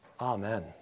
Amen